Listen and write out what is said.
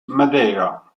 madeira